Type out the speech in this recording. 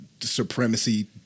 supremacy